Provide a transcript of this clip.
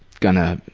gonna